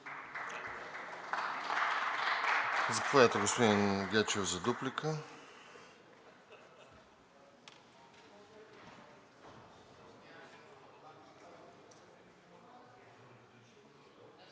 Заповядайте, господин Митев, за реплика.